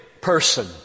person